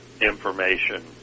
information